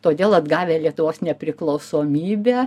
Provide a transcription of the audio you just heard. todėl atgavę lietuvos nepriklausomybę